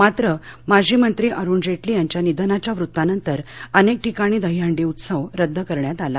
मात्र माजी मंत्री अरुण जेटली यांच्या निधानांच्या वृत्तानंतर अनेक ठिकाणी दहीहंडी उत्सव रद्द करण्यात आला